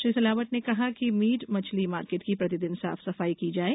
श्री सिलावट ने कहा कि मीट मछली मार्केट की प्रतिदिन साफ सफाई की जाये